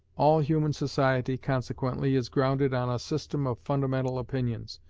all human society, consequently, is grounded on a system of fundamental opinions,